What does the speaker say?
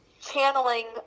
channeling